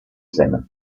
seme